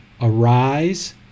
arise